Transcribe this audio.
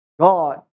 God